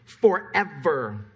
forever